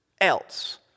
else